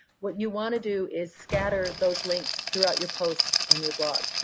what you want to do is scatter those links throughout your posts on your blog,